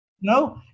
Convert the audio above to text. No